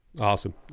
awesome